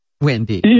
Wendy